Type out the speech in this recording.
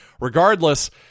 regardless